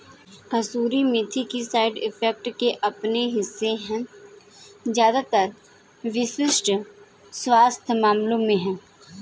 कसूरी मेथी के side effects के अपने हिस्से है ज्यादातर विशिष्ट स्वास्थ्य मामलों में है